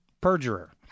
perjurer